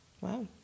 Wow